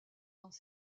dans